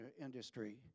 industry